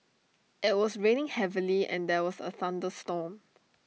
IT was raining heavily and there was A thunderstorm